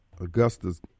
Augustus